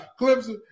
Clemson